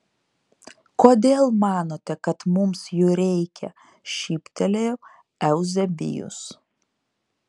kodėl manote kad mums jų reikia šyptelėjo euzebijus